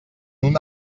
una